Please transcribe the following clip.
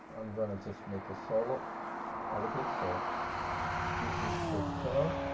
i'm gonna just make a solo out of it so this is first sound,